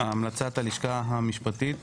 מה המלצת הלשכה המשפטית?